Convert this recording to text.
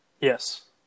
Yes